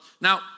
Now